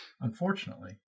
unfortunately